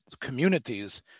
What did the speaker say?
communities